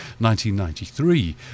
1993